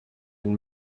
and